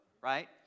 right